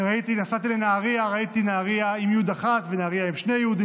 נסעתי לנהריה וראיתי "נהריה" עם יו"ד אחת ו"נהרייה" עם שתי יו"ד,